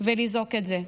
ולזעוק את זה,